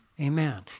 Amen